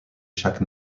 chaque